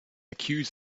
accuse